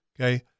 okay